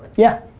yeah,